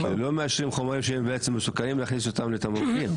לא מאשרים חומרים שמסוכנים להכניס אותם לתמרוקים.